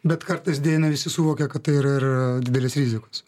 bet kartais deja ne visi suvokia kad tai yra ir didelės rizikos